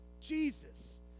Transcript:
Jesus